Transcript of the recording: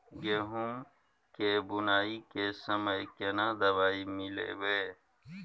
गहूम के बुनाई के समय केना दवाई मिलैबे?